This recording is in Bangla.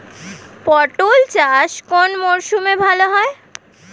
পটল চাষ কোন মরশুমে ভাল হয়?